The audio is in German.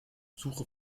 suche